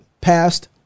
passed